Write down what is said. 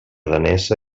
danesa